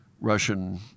Russian